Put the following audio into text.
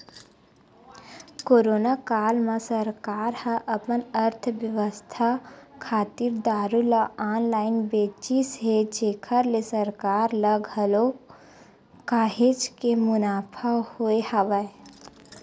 corona काल म सरकार ह अपन अर्थबेवस्था खातिर दारू ल ऑनलाइन बेचिस हे जेखर ले सरकार ल घलो काहेच के मुनाफा होय हवय